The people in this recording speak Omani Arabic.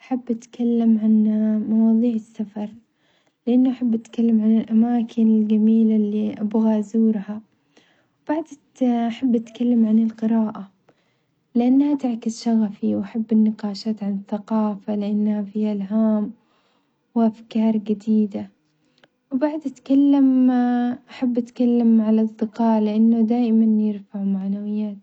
أحب أتكلم عن مواظيع السفر لأنه أحب أتكلم عن الاماكن الجميلة اللي أبغى أزورها، وبعد أحب أتكلم عن القراءة لأنها تعكس شغفي وأحب النقاشات عن الثقافة لأن فيها إالهام وأفكار جديدة، وبعد أتكلم أحب أتكلم عن الأصدقاء لأنه دايما يرفعوا معنوياتي.